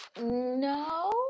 No